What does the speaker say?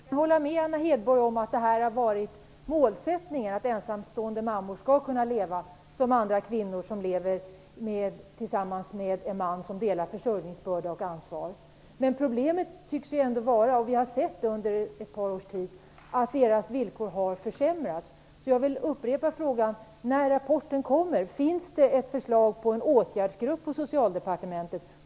Fru talman! Jag kan hålla med Anna Hedborg om att det har varit en målsättning att ensamstående mammor skall kunna leva som kvinnor som är tillsammans med en man som delar försörjningsbörda och ansvar. Men problemet tycks ju ändå vara det, som vi har sett under ett par års tid, att deras villkor har försämrats. Jag vill därför upprepa min fråga: Finns det när rapporten kommer förslag till en åtgärdsgrupp inom Socialdepartementet?